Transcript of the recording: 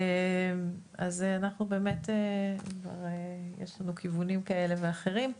יש לנו כיוונים כאלה ואחרים,